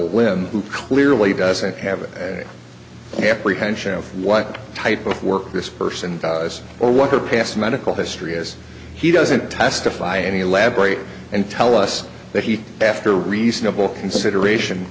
limb who clearly doesn't have an apprehension of what type of work this person does or what her past medical history is he doesn't testify any elaborate and tell us that he after reasonable consideration